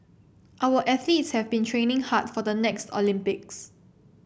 our athletes have been training hard for the next Olympics